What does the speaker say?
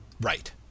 Right